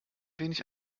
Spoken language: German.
wenig